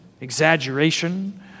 exaggeration